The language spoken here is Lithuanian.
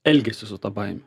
elgiasi su ta baimė